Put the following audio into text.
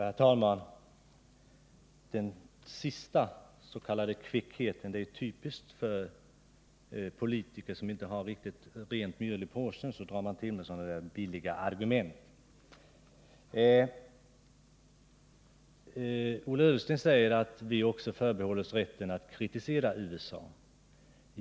Herr talman! Det sista Ola Ullsten sade, det som skulle vara en kvickhet, är typiskt för politiker som inte har riktigt rent mjöl i påsen. Då drar man till med sådana där billiga argument. Ola Ullsten sade att vi också förbehåller oss rätten att kritisera USA.